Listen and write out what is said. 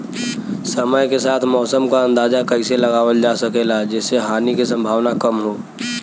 समय के साथ मौसम क अंदाजा कइसे लगावल जा सकेला जेसे हानि के सम्भावना कम हो?